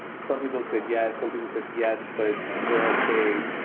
some people said yes. some people said yes. but we're okay.